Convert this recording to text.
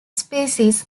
species